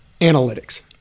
analytics